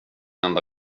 enda